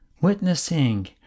witnessing